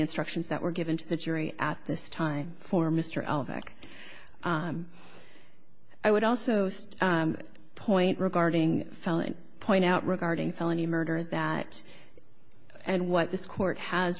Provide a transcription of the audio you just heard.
instructions that were given to the jury at this time for mr elphick i would also point regarding felon point out regarding felony murder that and what this court has